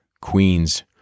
queens